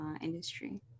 industry